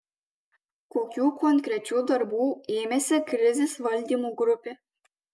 kokių konkrečių darbų ėmėsi krizės valdymo grupė